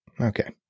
Okay